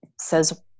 says